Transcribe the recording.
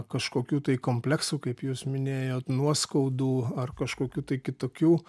kažkokių tai kompleksų kaip jūs minėjot nuoskaudų ar kažkokių tai kitokių